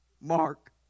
Mark